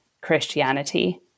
Christianity